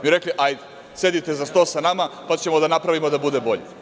Vi ste rekli - hajde, sedite za sto sa nama, pa ćemo da napravimo da bude bolje.